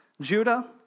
Judah